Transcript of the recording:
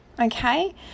okay